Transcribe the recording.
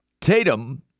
Tatum